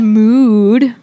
mood